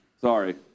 sorry